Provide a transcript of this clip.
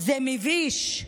זה מביש.